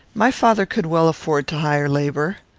my father could well afford to hire labour.